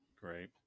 great